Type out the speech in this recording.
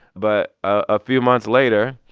but a few months later,